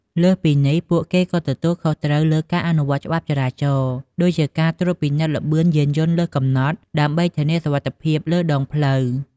លើសពីនេះ ពួកគេក៏ទទួលខុសត្រូវលើការអនុវត្តច្បាប់ចរាចរណ៍ ដូចជាការត្រួតពិនិត្យល្បឿនយានយន្តលើសកំណត់ ដើម្បីធានាសុវត្ថិភាពលើដងផ្លូវ។